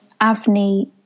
Avni